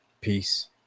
peace